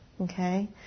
Okay